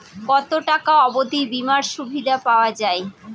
কত টাকা অবধি বিমার সুবিধা পাওয়া য়ায়?